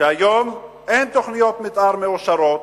שהיום אין תוכניות מיתאר מאושרות,